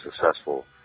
successful